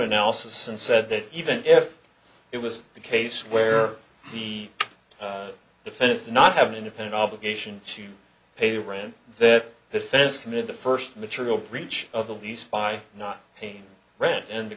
analysis and said that even if it was the case where the defendants not have an independent obligation to pay rent that this offense committed the first material breach of the lease by not paying rent and